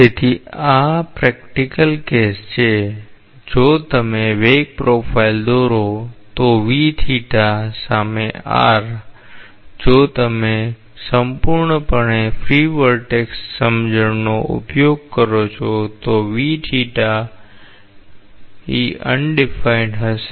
તેથી આ practical case છે જો તમે વેગ પ્રોફાઇલ દોરો તો સામે જો તમે સંપૂર્ણપણે ફ્રી વર્ટેક્ષ સમજણનો ઉપયોગ કરો છો તો અવ્યાખ્યાયિત હશે